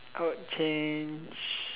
I would change